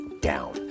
down